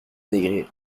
maigrir